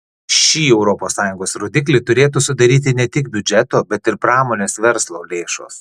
šį europos sąjungos rodiklį turėtų sudaryti ne tik biudžeto bet ir pramonės verslo lėšos